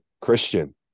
Christian